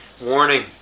warning